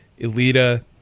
Elita